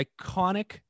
iconic